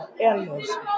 animals